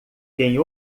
quem